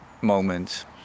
moment